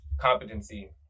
competency